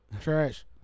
Trash